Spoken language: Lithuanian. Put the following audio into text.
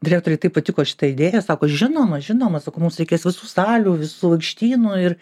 direktorei taip patiko šita idėja sako žinoma žinoma sako mums reikės visų salių visų aikštynų ir